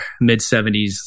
mid-70s